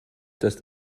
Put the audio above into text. das